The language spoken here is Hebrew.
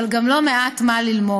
אבל גם לא מעט מה ללמוד.